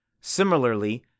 Similarly